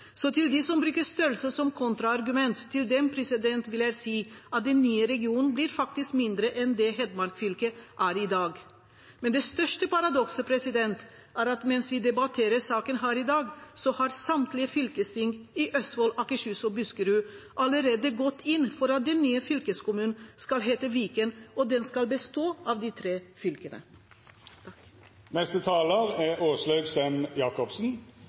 Så til dem som bruker størrelse som kontraargument, vil jeg si at den nye regionen faktisk blir mindre enn det Hedmark fylke er i dag. Men det største paradokset er at mens vi debatterer saken her i dag, har samtlige fylkesting i Østfold, Akershus og Buskerud allerede gått inn for at den nye fylkeskommunen skal hete Viken, og den skal bestå av de tre fylkene. Det er